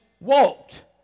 walked